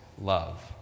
love